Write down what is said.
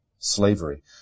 Slavery